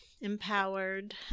empowered